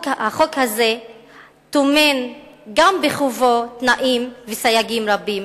החוק הזה טומן בחובו תנאים וסייגים רבים.